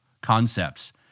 concepts